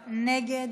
נגד.